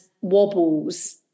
wobbles